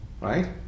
Right